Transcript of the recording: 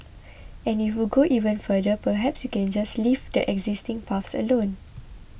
and if you go even further perhaps you can just leave the existing paths alone